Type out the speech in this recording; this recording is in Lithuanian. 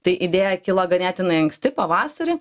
tai idėja kilo ganėtinai anksti pavasarį